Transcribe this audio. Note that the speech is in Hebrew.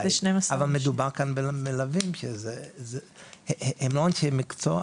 מדובר כאן במלווים שהם לא אנשי מקצוע,